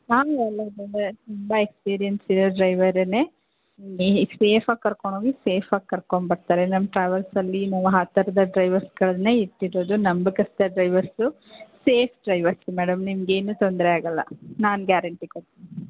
ಹಾಂಗಲ್ಲ ತುಂಬ ಎಕ್ಸ್ಪೀರಿಯೆನ್ಸ್ ಇರೋ ಡ್ರೈವರನ್ನೇ ಸೇಫ್ ಆಗಿ ಕರ್ಕೊಂಡು ಹೋಗಿ ಸೇಫಾಗಿ ಕರ್ಕೊಂಡು ಬರ್ತಾರೆ ನಮ್ಮ ಟ್ರಾವೆಲ್ಸ್ ಅಲ್ಲಿ ನೋ ಆ ಥರದ ಡ್ರೈವರ್ಸ್ಗಳನ್ನೇ ಇಟ್ಟಿರೋದು ನಂಬಿಕಸ್ಥ ಡ್ರೈವರ್ಸು ಸೇಫ್ ಡ್ರೈವರ್ಸು ಮೇಡಂ ನಿಂಗೇನು ತೊಂದರೆ ಆಗೊಲ್ಲ ನಾನು ಗ್ಯಾರಂಟಿ ಕೊಡ್ತೀನಿ